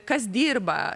kas dirba